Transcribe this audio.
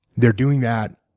they're doing that.